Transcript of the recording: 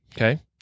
Okay